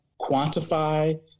quantify